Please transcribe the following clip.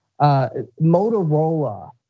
Motorola